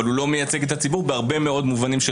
אבל הוא לא מייצג את הציבור בהרבה מאוד מובנים.